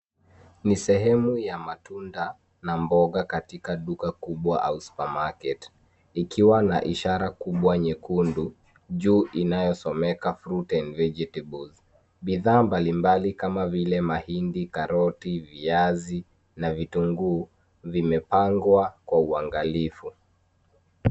Ni sehemu ya matunda na mboga katika duka kubwa au supermarket ikiwa na ishara kubwa nyekundu juu inayosomeka fruit and vegetables . Bidhaa mbalimbali kama vile mahindi, karoti, viazi na vitunguu vimepangwa kwa uangalifu.